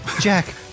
Jack